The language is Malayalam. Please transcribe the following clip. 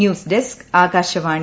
news desk Akashvani